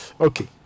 Okay